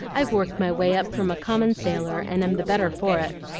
i've worked my way up from a common sailor, and am the better for it.